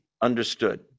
understood